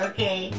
Okay